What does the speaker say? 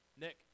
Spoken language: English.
Nick